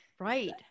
Right